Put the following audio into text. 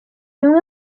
bimwe